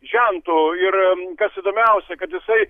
žentu ir kas įdomiausia kad jisai